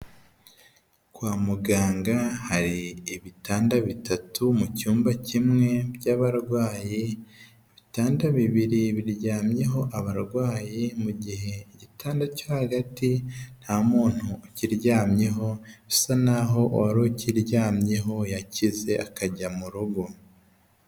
Kwa muganga hari ibitanda bitatu mu cyumba kimwe by'abarwayi, ibitanda bibiri biryamyeho abarwayi mu gihe igitanda cyo hagati nta muntu ukiryamyeho bisa n'aho uwa ukiryamyeho yakize akajya mu rugo.